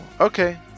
okay